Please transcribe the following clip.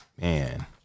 Man